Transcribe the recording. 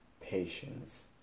patience